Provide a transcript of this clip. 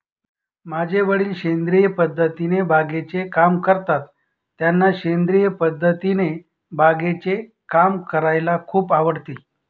माझे वडील सेंद्रिय पद्धतीने बागेचे काम करतात, त्यांना सेंद्रिय पद्धतीने बागेचे काम करायला खूप आवडते